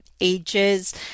ages